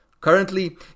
Currently